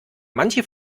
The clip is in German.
manche